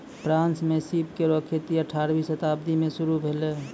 France म सीप केरो खेती अठारहवीं शताब्दी में शुरू भेलै